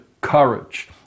courage